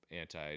anti